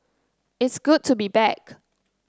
it's good to be back